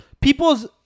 People's